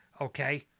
Okay